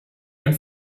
ein